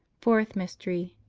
fourth mystery.